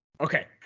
Okay